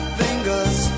fingers